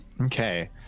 Okay